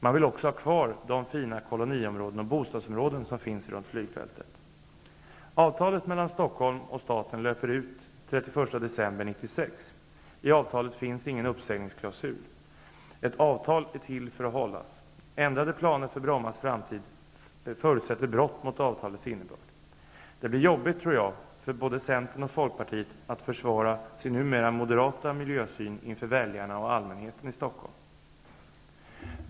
De vill också ha kvar de fina bostadsområdena och koloniområdena som finns runt flygfältet. 31 december 1996. I avtalet finns det ingen uppsägningsklausul. Ett avtal är till för att hållas. Ändrade planer för Brommas framtid förutsätter brott mot avtalets innebörd. Det blir jobbigt för både Centern och Folkpartiet att försvara sin numera moderata miljösyn inför väljarna och allmänheten i Stockholm.